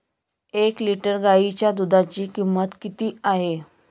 एक लिटर गाईच्या दुधाची किंमत किती आहे?